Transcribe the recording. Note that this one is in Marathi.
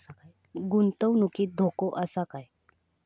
गुंतवणुकीत धोको आसा काय?